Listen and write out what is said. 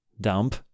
dump